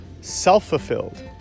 self-fulfilled